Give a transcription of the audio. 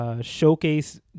Showcase